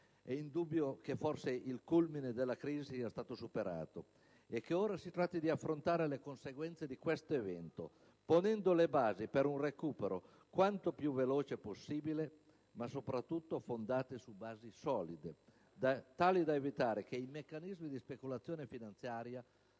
È indubbio che il culmine della crisi sia stato superato e che ora si tratti di affrontare le conseguenze di questo evento, ponendo le basi per un recupero quanto più veloce possibile ma, soprattutto, fondato su basi solide, tali da evitare che i meccanismi di speculazione finanziaria possano